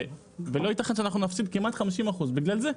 לא ייתכן שנפסיד כמעט 50% בגלל זה.